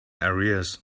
arrears